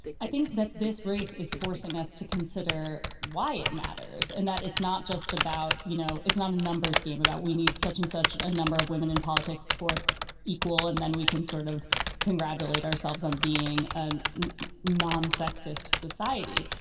i think that this race is forcing us to consider why it matters and that it's not just about you know, it's not a numbers game about we need such and such a number of women in politics before it's equal. and then we can sort of congratulate ourselves on being a non-sexist society.